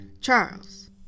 Charles